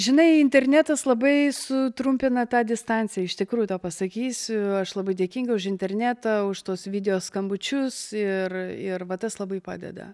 žinai internetas labai sutrumpina tą distanciją iš tikrųjų tau pasakysiu aš labai dėkinga už internetą už tuos video skambučius ir ir va tas labai padeda